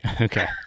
okay